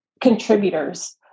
contributors